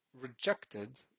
rejected